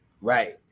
Right